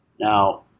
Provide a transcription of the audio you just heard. Now